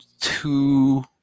two